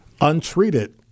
untreated